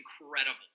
incredible